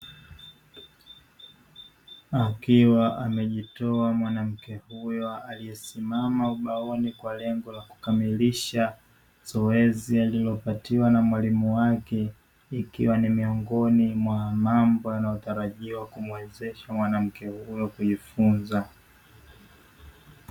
Akiwa amejitoa mwanamke huyo aliyesimama ubaoni kwa lengo la kukamilisha zoezi aliyopatiwa na mwalimu wake, ikiwa ni miongoni mwa mambo yanayotarajiwa kumwezesha mwanamke huyo kuifunza.